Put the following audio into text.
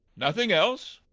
nothing else?